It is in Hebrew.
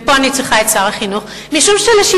ופה אני צריכה את שר החינוך, משום שלשיטתכם,